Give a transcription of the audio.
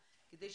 חבר'ה,